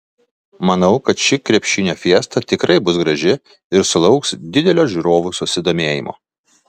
manau kad ši krepšinio fiesta tikrai bus graži ir sulauks didelio žiūrovų susidomėjimo